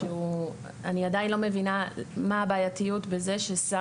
אני עדיין לא מבינה מה הבעייתיות בזה ששר